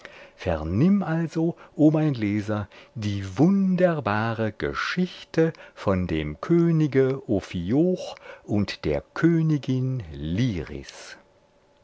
also o mein leser die wunderbare geschichte von dem könige ophioch und der königin